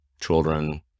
children